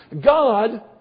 God